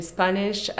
Spanish